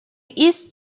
east